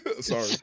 Sorry